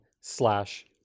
slash